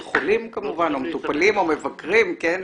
אלא כחולים כמובן, או מטופלים או מבקרים, כן?